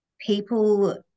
people